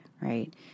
right